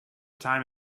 time